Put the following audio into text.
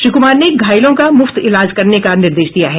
श्री कुमार ने घायलों का मुफ्त इलाज करने का निर्देश दिया है